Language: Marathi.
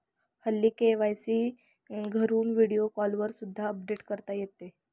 हल्ली के.वाय.सी घरून व्हिडिओ कॉलवर सुद्धा अपडेट करता येते